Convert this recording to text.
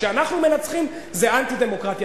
כשאנחנו מנצחים זה אנטי-דמוקרטי.